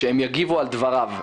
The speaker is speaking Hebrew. שהם יגיבו על דבריו?